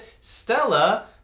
Stella